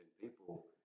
people